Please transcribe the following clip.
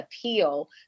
appeal